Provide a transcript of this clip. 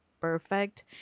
perfect